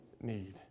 need